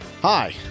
Hi